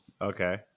Okay